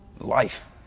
life